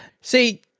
See